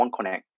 OneConnect